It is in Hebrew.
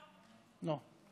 לא.